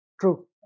True